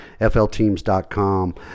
flteams.com